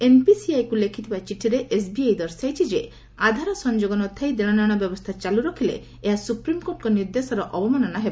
NPCI କୁ ଲେଖିଥିବା ଚିଠିରେ ଏସ୍ବିଆଇ ଦର୍ଶାଇଛି ଯେ ଆଧାର ସଂଯୋଗ ନଥାଇ ଦେଶନେଣ ବ୍ୟବସ୍ଥା ଚାଲୁରଖିଲେ ଏହା ସୁପ୍ରିମ୍କୋର୍ଟଙ୍କ ନିର୍ଦ୍ଦେଶର ଅବମାନନା ହେବ